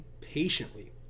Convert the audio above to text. patiently